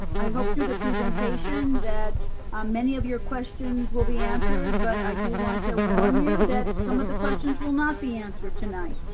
i hope through the presentation that many of your questions will be answered, but i do want to warn you that some of the questions will not be answered tonight.